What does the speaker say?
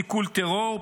סיכול טרור,